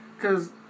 cause